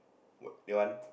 what that one